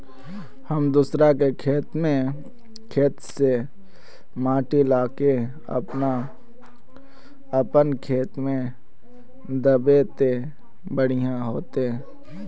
हम दूसरा के खेत से माटी ला के अपन खेत में दबे ते बढ़िया होते?